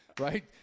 right